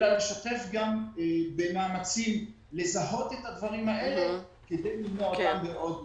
אלא לשתף גם במאמצים לזהות את הדברים האלה כדי למנוע אותם מבעוד מועד.